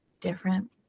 different